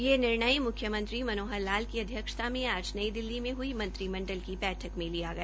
यह निर्णय मुख्यमंत्री श्री मनोहर लाल की अध्यक्षता में आज नई दिल्ली में हई मंत्रिमण्डल की बैठक में लिया गया